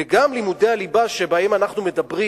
וגם לימודי הליבה שבהם אנחנו מדברים,